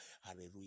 hallelujah